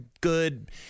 good